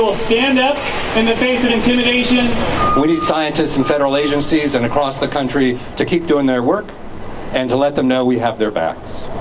will stand up in the face of intimidation. we need scientists and federal agencies and across the country to keep doing their work and to let them know we have their backs.